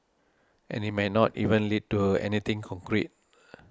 and it might not even lead to anything concrete